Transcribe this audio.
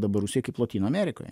dabar rusijoj kaip lotynų amerikoje